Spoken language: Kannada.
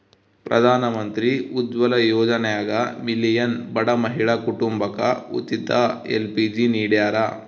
ಪ್ರಧಾನಮಂತ್ರಿ ಉಜ್ವಲ ಯೋಜನ್ಯಾಗ ಮಿಲಿಯನ್ ಬಡ ಮಹಿಳಾ ಕುಟುಂಬಕ ಉಚಿತ ಎಲ್.ಪಿ.ಜಿ ನಿಡ್ಯಾರ